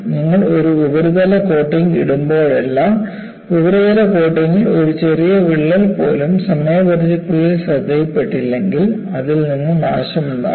നിങ്ങൾ ഒരു ഉപരിതല കോട്ടിംഗ് ഇടുമ്പോഴെല്ലാം ഉപരിതല കോട്ടിംഗിൽ ഒരു ചെറിയ വിള്ളൽ പോലും സമയപരിധിക്കുള്ളിൽ ശ്രദ്ധയിൽപ്പെട്ടില്ലെങ്കിൽ അതിൽ നിന്ന് നാശമുണ്ടാക്കാം